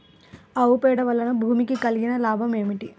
ఆవు పేడ వలన భూమికి కలిగిన లాభం ఏమిటి?